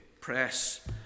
press